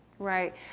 Right